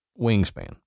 wingspan